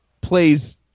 plays –